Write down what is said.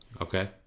Okay